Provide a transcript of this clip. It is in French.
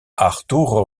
arturo